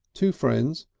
two friends,